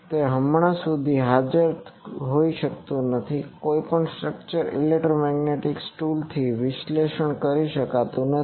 તે હમણાં સુધી હાજર હોઈ શકતું નથી કોઈપણ સ્ટ્રક્ચર ઇલેક્ટ્રોમેગ્નેટિક ટૂલથી વિશ્લેષણ કરી શકાતું નથી